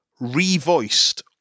revoiced